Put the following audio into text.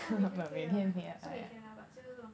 yeah 每天飞是每天 lah but 就是说